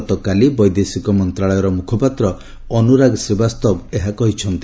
ଗତକାଲି ବୈଦେଶିକ ମନ୍ତ୍ରାଳୟର ମୁଖପାତ୍ର ଅନୁରାଗ ଶୀବାସ୍ତବ ଏହା କହିଛନ୍ତି